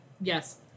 Yes